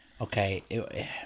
Okay